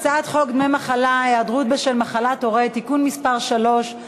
הצעת חוק דמי מחלה (היעדרות בשל מחלת הורה) (תיקון מס' 3),